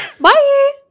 Bye